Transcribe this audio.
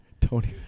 Tony